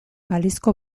balizko